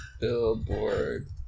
billboard